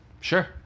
Sure